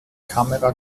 kamera